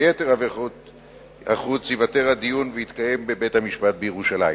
ביתר עבירות החוץ ייוותר הדיון ויתקיים בבית-המשפט בירושלים.